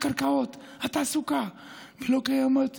התקווה קיימת אצלנו.